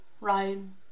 Ryan